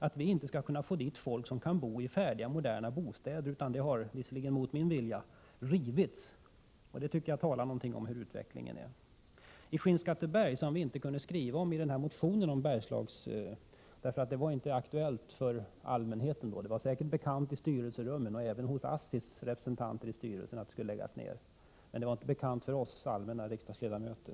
Att vi inte skall kunna få folk att flytta in i färdiga, moderna bostäder utan river dem — visserligen mot min vilja — tycker jag säger något om hur utvecklingen är. Skinnskatteberg kunde vi inte skriva om i motionen om Bergslagsfrågorna. Det var säkert bekant i styrelserummen och även hos ASSI:s representanter i styrelsen att nedläggning skulle ske, men det var inte för oss allmänna riksdagsledamöter.